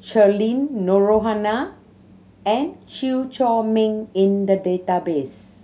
Cheryl and Chew Chor Meng in the database